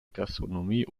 gastronomie